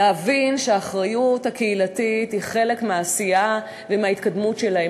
להבין שהאחריות הקהילתית היא חלק מהעשייה ומההתקדמות שלהן.